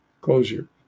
closure